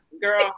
girl